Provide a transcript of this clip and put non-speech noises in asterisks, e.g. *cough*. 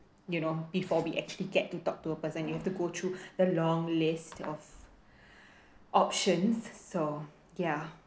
you know before we actually get to talk to a person you have to go through *breath* the long list of options so ya